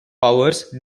powers